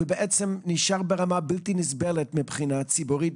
ובאמת נשארת ברמה בלתי נסבלת מבחינה ציבורית,